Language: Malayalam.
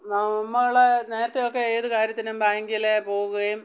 നമ്മൾ നേരത്തെയൊക്കെ ഏതു കാര്യത്തിനും ബാങ്കിൽ പോകുകയും